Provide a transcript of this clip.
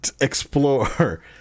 Explore